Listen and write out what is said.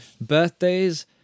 birthdays